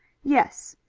yes.